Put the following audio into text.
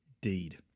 deed